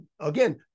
again